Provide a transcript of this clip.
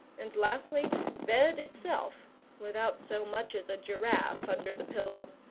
and lastly bed itself without so much as a giraffe under the pillow.